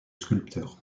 sculpteur